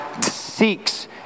seeks